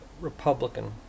Republican